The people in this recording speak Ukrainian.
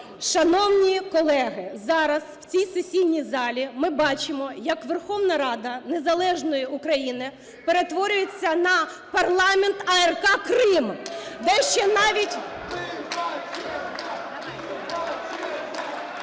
Шановні колеги, зараз в цій сесійній залі ми бачимо як Верховна Рада незалежної України перетворюється на парламент АРК Крим, де ще навіть... (Шум у залі)